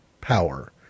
power